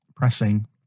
pressing